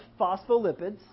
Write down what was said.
phospholipids